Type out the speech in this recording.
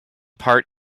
part